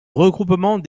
regroupement